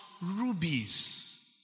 Rubies